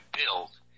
build